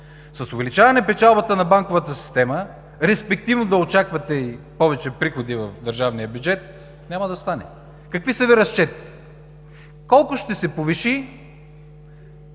С увеличаване на печалбата на банковата система, респективно да очаквате и повече приходи в държавния бюджет, няма да стане. Какви са Ви разчетите? Колко ще се повиши